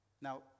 Now